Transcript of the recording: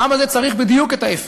העם הזה צריך בדיוק את ההפך.